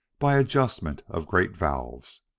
by adjustment of great valves.